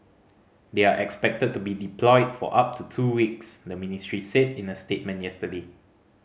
they are expected to be deployed for up to two weeks the ministry said in a statement yesterday